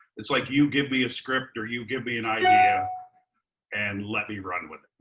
it's like you give me a script or you give me an idea and let me run with it.